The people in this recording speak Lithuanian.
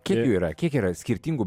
kiek jų yra kiek yra skirtingų